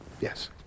Yes